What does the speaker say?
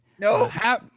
No